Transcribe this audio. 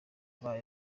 baba